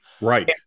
Right